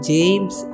James